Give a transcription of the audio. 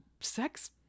sex